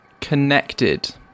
connected